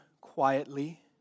quietly